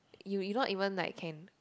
you you not even like can